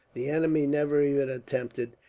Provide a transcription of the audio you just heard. the enemy never even attempted,